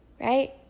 right